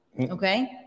Okay